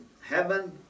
heaven